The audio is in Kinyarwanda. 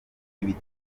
ibi